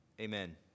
Amen